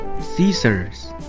Caesars